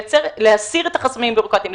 להסיר את החסמים הבירוקרטיים,